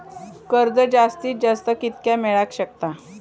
कर्ज जास्तीत जास्त कितक्या मेळाक शकता?